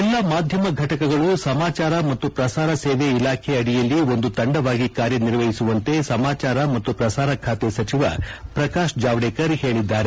ಎಲ್ಲಾ ಮಾಧ್ಯಮ ಘಟಕಗಳು ಸಮಾಚಾರ ಮತ್ತು ಪ್ರಸಾರ ಸೇವೆ ಇಲಾಖೆ ಅಡಿಯಲ್ಲಿ ಒಂದು ತಂಡವಾಗಿ ಕಾರ್ಯ ನಿರ್ವಹಿಸುವಂತೆ ಸಮಾಚಾರ ಮತ್ತು ಪ್ರಸಾರ ಖಾತೆ ಸಚಿವ ಪ್ರಕಾತ್ ಜಾವಡೇಕರ್ ಹೇಳಿದ್ದಾರೆ